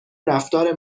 رفتار